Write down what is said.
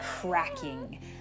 cracking